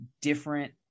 different